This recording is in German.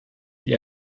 die